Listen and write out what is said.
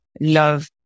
love